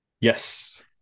Yes